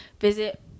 visit